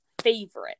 favorite